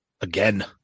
Again